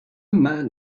man